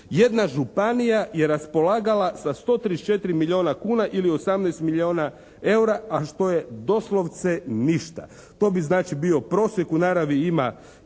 jedna županija je raspolagala sa 134 milijuna ili 18 milijuna EUR-a a što je doslovce ništa. To bi znači bio prosjek. U naravi ima